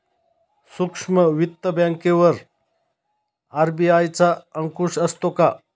सूक्ष्म वित्त बँकेवर आर.बी.आय चा अंकुश असतो का?